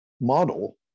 model